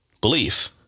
belief